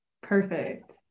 Perfect